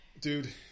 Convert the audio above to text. Dude